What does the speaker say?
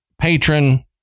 patron